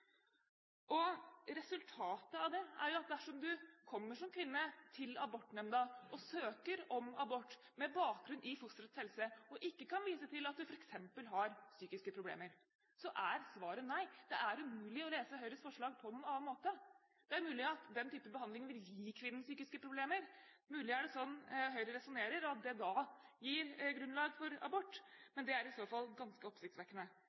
Resultatet av det er jo at dersom du kommer som kvinne til abortnemnda og søker om abort med bakgrunn i fosterets helse og ikke kan vise til at du f.eks. har psykiske problemer, så er svaret nei. Det er umulig å lese Høyres forslag på noen annen måte. Det er mulig at den typen behandling vil gi kvinnen psykiske problemer. Kanskje er det slik Høyre resonnerer – at det da gir grunnlag for abort, men det er i så fall ganske oppsiktsvekkende.